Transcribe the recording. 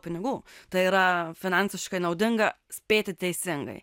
pinigų tai yra finansiškai naudinga spėti teisingai